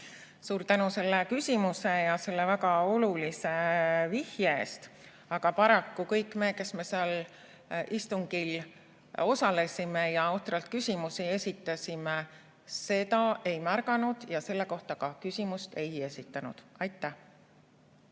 Suur tänu selle küsimuse ja selle väga olulise vihje eest! Paraku me kõik, kes me seal istungil osalesime ja ohtralt küsimusi esitasime, seda ei märganud ja selle kohta ka küsimust ei esitanud. Suur